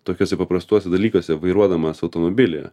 tokiuose paprastuose dalykuose vairuodamas automobilį